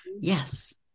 yes